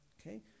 Okay